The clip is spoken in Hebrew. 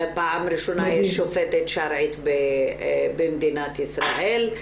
פעם ראשונה יש שופטת שרעית במדינת ישראל,